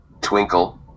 Twinkle